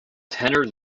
tenor